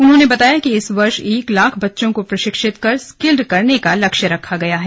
उन्होंने कहा कि इस वर्ष एक लाख बच्चों को प्रशिक्षित कर स्किल करने का लक्ष्य रखा गया है